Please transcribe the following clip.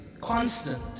constant